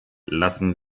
lassen